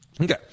Okay